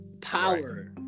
power